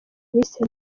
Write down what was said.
bise